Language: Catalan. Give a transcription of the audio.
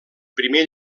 primer